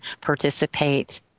participate